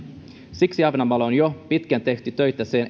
siksi ahvenanmaalla on jo pitkään tehty töitä sen